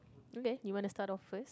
okay you wanna start off first